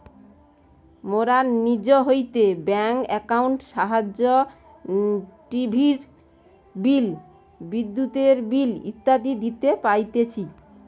মোরা নিজ হইতে ব্যাঙ্ক একাউন্টের সাহায্যে টিভির বিল, বিদ্যুতের বিল ইত্যাদি দিতে পারতেছি